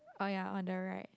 oh ya on the right